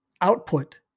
output